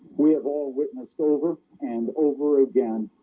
we have all witnessed over and over again